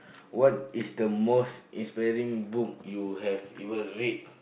what is the most inspiring book you have ever read